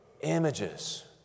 Images